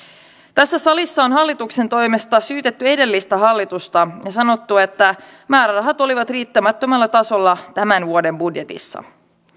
tässä salissa on hallituksen toimesta syytetty edellistä hallitusta ja sanottu että määrärahat olivat riittämättömällä tasolla tämän vuoden budjetissa